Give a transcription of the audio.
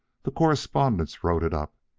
the correspondents wrote it up,